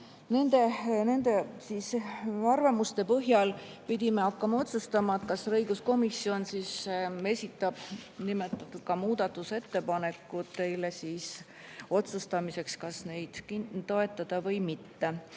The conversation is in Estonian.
Nende arvamuste põhjal pidime hakkama otsustama, kas õiguskomisjon esitab nimetatud muudatusettepanekud teile otsustamiseks, kas neid toetada või mitte.